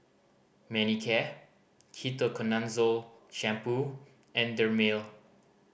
Manicare Ketoconazole Shampoo and Dermale